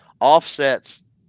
offsets